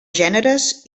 gèneres